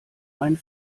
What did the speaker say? ein